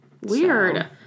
Weird